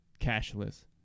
cashless